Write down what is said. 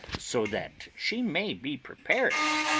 so that she may be prepared.